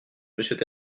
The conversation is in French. monsieur